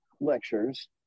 lectures